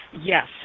yes